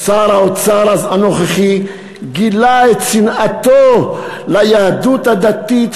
שר האוצר הנוכחי גילה את שנאתו ליהדות הדתית,